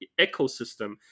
ecosystem